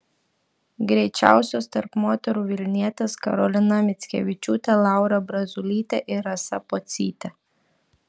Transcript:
greičiausios tarp moterų vilnietės karolina mickevičiūtė laura braziulytė ir rasa pocytė